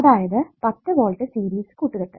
അതായതു 10 volt series കൂട്ടുകെട്ട്